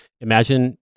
imagine